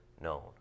known